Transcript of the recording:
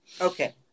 Okay